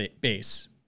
base